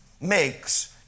makes